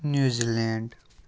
New Zealand